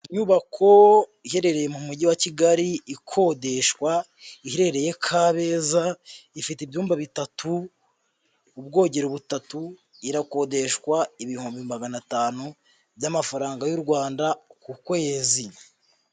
Inyubako iherereye mu Mujyi wa Kigali ikodeshwa, iherereye Kabeza ifite ibyumba bitatu, ubwogero butatu, irakodeshwa ibihumbi magana atanu by'amafaranga y'u Rwanda ku kwezi.